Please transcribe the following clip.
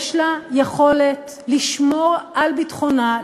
יש לה יכולת לשמור על ביטחונה,